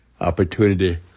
opportunity